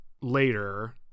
later